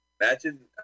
imagine